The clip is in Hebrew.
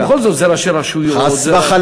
הרי בכל זאת זה ראשי רשויות, זה, חס וחלילה.